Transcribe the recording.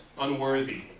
unworthy